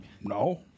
No